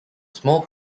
small